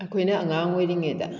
ꯑꯩꯈꯣꯏꯅ ꯑꯉꯥꯡ ꯑꯣꯏꯔꯤꯉꯩꯗ